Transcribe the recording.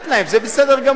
זה בסדר גמור.